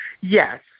Yes